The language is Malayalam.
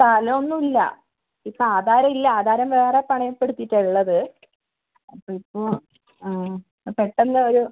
സ്ഥലം ഒന്നുയില്ല ഇപ്പൊ ആധാരം ഇല്ല ആധാരം വേറെ പണയപ്പെടുത്തീട്ടാ ഉള്ളത് അപ്പോൾ ഇപ്പോൾ പെട്ടെന്ന് ഒരു